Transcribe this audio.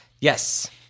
Yes